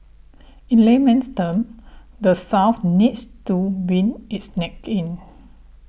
in layman's term the South needs to wind its neck in